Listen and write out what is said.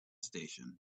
station